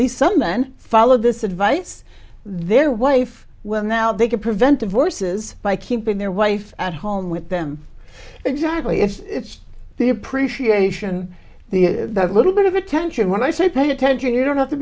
least some men follow this advice their wife will now they can prevent divorces by keeping their wife at home with them exactly it's the appreciation that little bit of attention when i say pay attention you don't have to